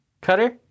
Cutter